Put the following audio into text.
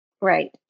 Right